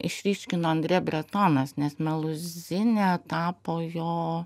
išryškino andre bretonas nes meluzinė tapo jo